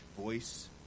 voice